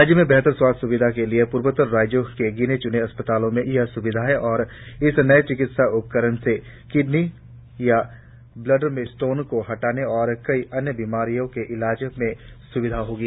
राज्य में बेहतर स्वास्थ्य स्विधा के लिए प्र्वोत्तर राज्यों के गिने च्ने अस्पतालों मे यह स्विधा है और इस नए चिकित्सा उपकरण से किडनी या ब्लेडर में स्टोन को हटाने और कई अन्य बीमारियों के इलाज में स्विधा होगी